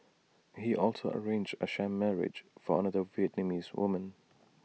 he also arranged A sham marriage for another Vietnamese woman